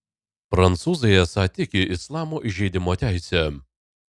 prancūzai esą tiki islamo įžeidimo teise